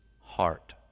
heart